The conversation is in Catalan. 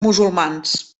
musulmans